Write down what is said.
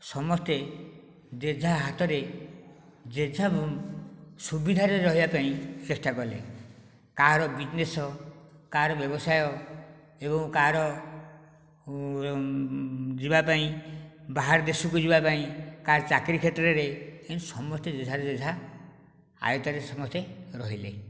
ସମସ୍ତେ ଯିଏ ଯାହା ହାତରେ ଯିଏ ଯାହା ସୁବିଧାରେ ରହିବା ପାଇଁ ଚେଷ୍ଟା କଲେ କାହାର ବିଜିନେସ୍ କାହାର ବ୍ୟବସାୟ ଏବଂ କାହାର ଯିବାପାଇଁ ବାହାର ଦେଶକୁ ଯିବାପାଇଁ କାହାର ଚାକିରି କ୍ଷେତ୍ରରେ ଏମିତି ସମସ୍ତେ ଯିଏ ଯାହା ଯିଏ ଯାହା ଆୟତ୍ତରେ ସମସ୍ତେ ରହିଲେ